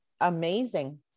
amazing